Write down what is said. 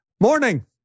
morning